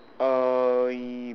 uh